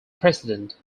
president